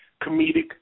comedic